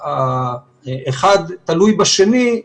אחד תלוי בשני,